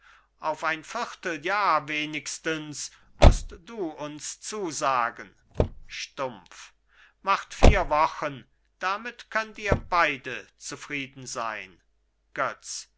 auf ein vierteljahr wenigstens mußt du uns zusagen stumpf macht vier wochen damit könnt ihr beide zufrieden sein götz